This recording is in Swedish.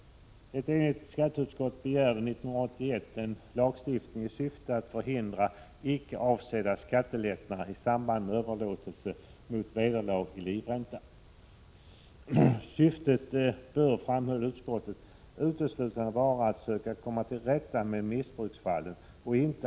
Ett enigt skatteutskott begärde 1981 en lagstiftning i syfte att förhindra icke avsedda skattelättnader i samband med överlåtelser mot vederlag i livränta. Syftet bör, framhöll utskottet, uteslutande vara att söka komma till rätta med missbruksfallen och inte.